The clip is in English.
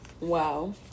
Wow